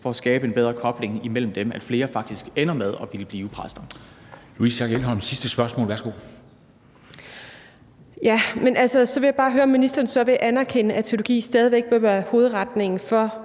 for at skabe en bedre kobling imellem dem, og for at flere faktisk ender med at blive præster.